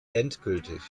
endgültig